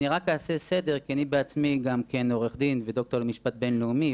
אני רק אעשה סדר כי אני בעצמי גם כן עורך דין ודוקטור למשפט בין-לאומי,